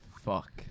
Fuck